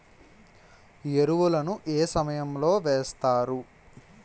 ఎరువుల ను ఏ సమయం లో వేస్తారు?